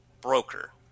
broker